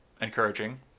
encouraging